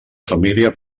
família